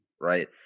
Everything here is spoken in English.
right